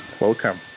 welcome